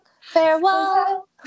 Farewell